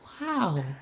Wow